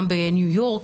גם בניו יורק.